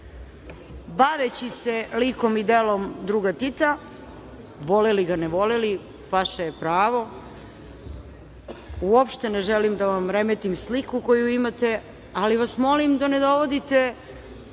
tema. Baveći se likom i delom druga Tita, voleli ga, ne voleli, vaše je pravo, uopšte ne želim da vam remetim sliku koju imate, ali vas molim da ne dovodite